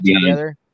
together